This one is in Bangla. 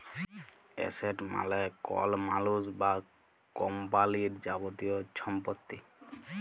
এসেট মালে কল মালুস বা কম্পালির যাবতীয় ছম্পত্তি